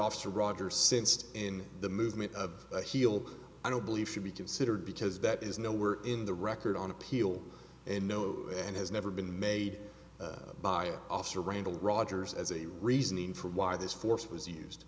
officer roger sensed in the movement of a heel i don't believe should be considered because that is nowhere in the record on appeal and no and has never been made by officer randall rogers as a reason for why this force was used